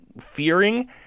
fearing